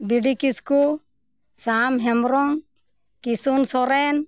ᱵᱤᱰᱤ ᱠᱤᱥᱠᱩ ᱥᱟᱢ ᱦᱮᱢᱵᱨᱚᱢ ᱠᱤᱥᱩᱱ ᱥᱚᱨᱮᱱ